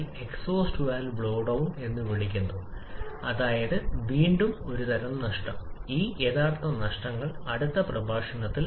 ഇപ്പോൾ അത് ഒരു സമ്പൂർണ്ണ രാസപ്രവർത്തനം തുടർന്ന് 1 മോളിലെ ജ്വലനം മീഥെയ്ൻ നമുക്ക് എത്ര വായു മോളാണ് വേണ്ടത്